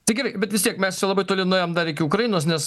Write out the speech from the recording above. tai gerai bet vis tiek mes jau labai toli nuėjom dar iki ukrainos nes